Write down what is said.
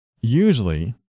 usually